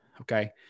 Okay